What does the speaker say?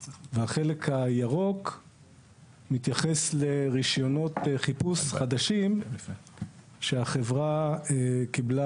והחלק הירוק מתייחס לרישיונות חיפוש חדשים שהחברה קיבלה